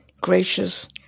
gracious